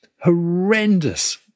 horrendous